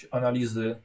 analizy